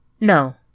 No